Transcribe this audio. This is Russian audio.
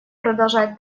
продолжает